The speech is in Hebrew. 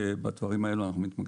בדברים האלה אנחנו מתמקדים.